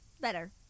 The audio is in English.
Better